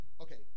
Okay